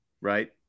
Right